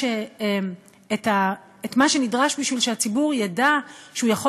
מה שנדרש בשביל שהציבור ידע שהוא יכול